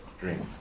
dream